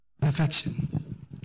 perfection